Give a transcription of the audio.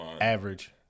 Average